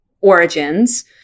origins